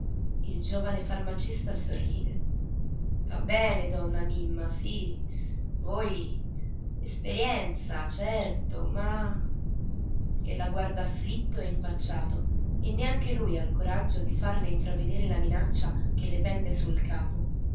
il giovane farmacista sorride va bene donna mimma sì voi l'esperienza certo ma e la guarda afflitto e impacciato e neanche lui ha il coraggio di farle intravvedere la minaccia che le pende sul capo